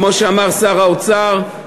כמו שאמר שר האוצר,